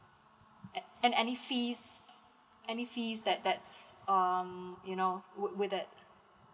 a~ and any fees any fees that that's um you know with it